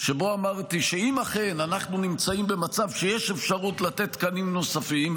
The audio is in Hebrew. שבו אמרתי שאם אכן אנחנו נמצאים במצב שיש אפשרות לתת תקנים נוספים,